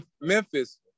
Memphis